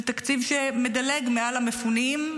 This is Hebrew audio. זה תקציב שמדלג מעל המפונים,